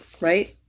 right